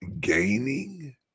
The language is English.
gaining